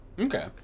okay